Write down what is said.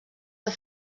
del